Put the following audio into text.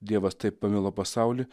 dievas taip pamilo pasaulį